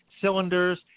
cylinders